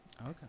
Okay